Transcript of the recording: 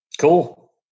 cool